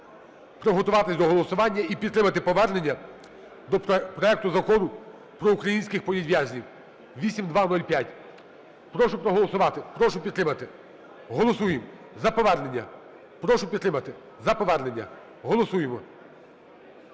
приготуватись до голосування і підтримати повернення до проекту Закону про українських політв'язнів (8205). Прошу проголосувати. Прошу підтримати. Голосуємо за повернення. Прошу підтримати за повернення. Голосуємо.